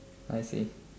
I see